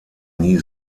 nie